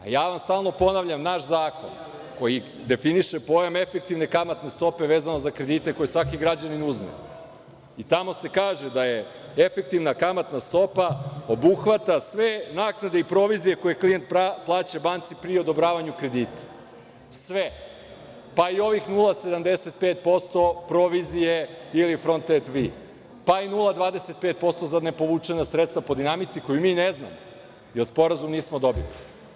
Ja vam stalno ponavljam, naš zakon koji definiše pojam efektivne kamatne stope vezano za kredite koji svaki građanin uzme i tamo se kaže da efektivna kamatna stopa obuhvata sve naknade i provizije koje klijent plaća banci pri odobravanju kredita, sve, pa i ovih 0,75% provizije ili „front et vi“, pa i 0,25% za nepovučena sredstva po dinamici koju mi ne znamo jer sporazum nismo dobili.